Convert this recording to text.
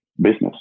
business